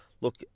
look